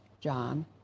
John